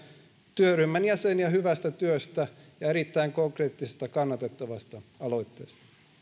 työryhmän jäseniä hyvästä työstä ja erittäin konkreettisesta kannatettavasta aloitteesta